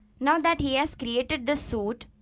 now that he has created this suit,